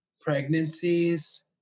pregnancies